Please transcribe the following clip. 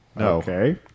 Okay